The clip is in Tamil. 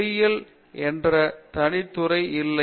மொழியியல் என்று தனி துறை இல்லை